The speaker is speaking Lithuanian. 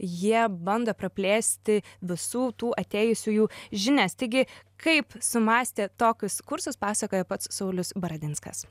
jie bando praplėsti visų tų atėjusiųjų žinias taigi kaip sumąstė tokius kursus pasakoja pats saulius baradinskas